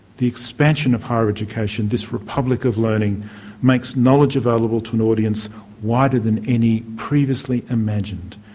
the expansion of higher education this republic of learning makes knowledge available to an audience wider than any previously imagined.